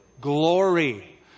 glory